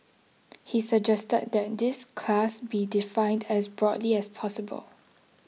he suggested that this class be defined as broadly as possible